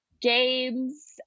games